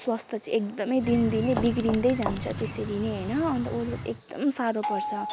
स्वास्थ्य चाहिँ एकदमै दिनदिनै बिग्रिँदै जान्छ त्यसरी नै होइन अन्त उसलाई एकदम साह्रो पर्छ